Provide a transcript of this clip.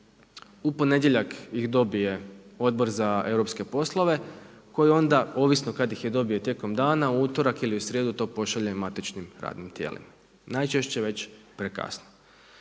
u ponedjeljak ih dobije Odbor za europske poslove koji onda ovisno kad ih je dobio tijekom dana u utorak ili u srijedu to pošalje matičnim radnim tijelima najčešće već prekasno.